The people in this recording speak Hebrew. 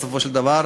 בסופו של דבר,